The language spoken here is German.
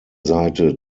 seite